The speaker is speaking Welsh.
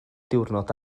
diwrnod